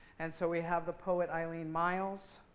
and so we have the poet eileen miles.